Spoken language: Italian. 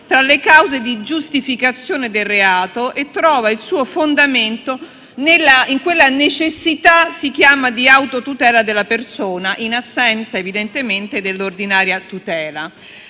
tra le cause di giustificazione del reato e trova il suo fondamento in quella necessità di autotutela della persona, in assenza, evidentemente, dell'ordinaria tutela.